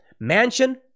Mansion